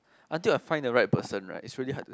until I find the right person right is really hard to say